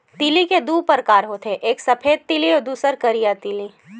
तिली के दू परकार होथे एक सफेद तिली अउ दूसर करिया तिली